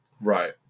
Right